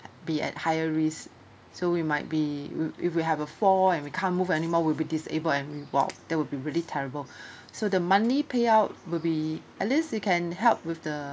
be at higher risk so we might be if if we have a fall and we can't move anymore we'll be disabled and we'll !wow! that will be really terrible so the monthly payout will be at least it can help with the